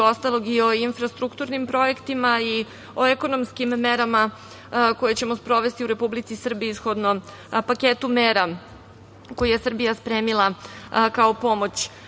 ostalog i o infrastrukturnim projektima i o ekonomskim merama koje ćemo sprovesti u Republici Srbiji, shodno paketu mera koji je Srbija spremila kao pomoć